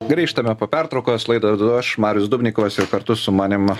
grįžtam po pertraukos laidą vedu aš marius dubnikovas ir kartu su manim